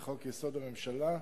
לחוק-יסוד: הממשלה,